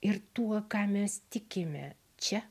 ir tuo ką mes tikime čia